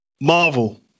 Marvel